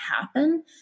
happen